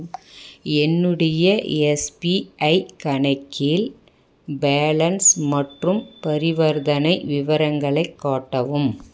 என்னுடைய எஸ்பிஐ கணக்கில் பேலன்ஸ் மற்றும் பரிவர்த்தனை விவரங்களை காட்டவும்